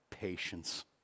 patience